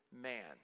man